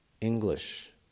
English